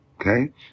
okay